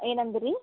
ಏನು ಅಂದರ ರೀ